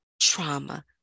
trauma